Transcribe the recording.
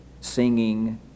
singing